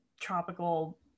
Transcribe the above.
tropical